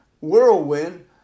whirlwind